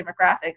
demographics